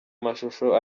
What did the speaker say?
amashusho